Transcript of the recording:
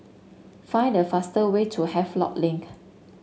find the fast way to Havelock Link